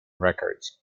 records